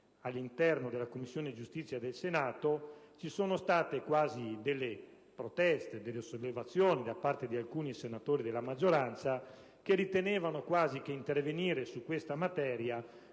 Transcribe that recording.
all'interno della Commissione giustizia del Senato ci sono state quasi delle proteste, delle sollevazioni da parte di alcuni senatori della maggioranza, che ritenevano quasi che intervenire su questa materia